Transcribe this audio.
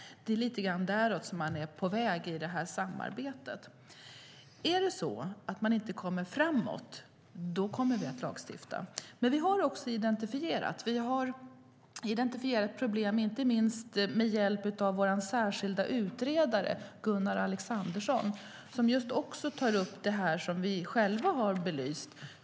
Det är lite grann däråt det är på väg i samarbetet. Om man inte kommer framåt kommer vi att lagstifta. Vi har identifierat problem inte minst med hjälp av vår särskilda utredare Gunnar Alexandersson. Han tar också upp det som vi själva har belyst.